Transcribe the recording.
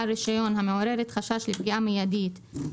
את טענותיו,